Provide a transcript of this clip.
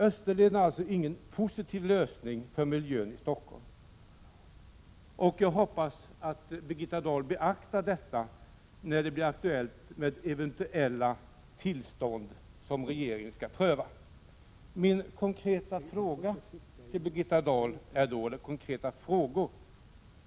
Österleden är alltså ingen positiv lösning för miljön i Stockholm, och det hoppas jag att Birgitta Dahl beaktar när det eventuellt blir aktuellt för regeringen att ta ställning i tillståndsfrågor. Mina konkreta frågor till Birgitta Dahl är: 1.